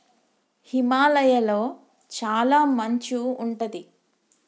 హిమాలయ లొ చాల మంచు ఉంటది